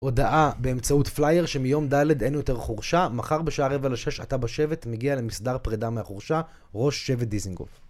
הודעה באמצעות פלייר שמיום דלת אין יותר חורשה, מחר בשעה רבע לשש אתה בשבט, מגיע למסדר פרידה מהחורשה, ראש שבט דיזנגוף